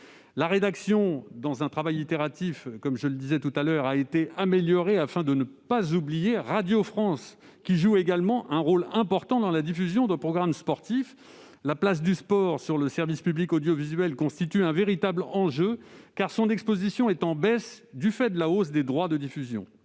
Grâce à un travail itératif, sa rédaction a été améliorée afin de ne pas oublier Radio France, qui joue également un rôle important dans la diffusion de programmes sportifs. La place du sport sur le service public audiovisuel constitue un véritable enjeu, car son exposition est en baisse du fait de la hausse des droits de diffusion.